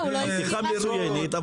הפתיחה מצוינת,